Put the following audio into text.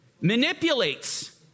Manipulates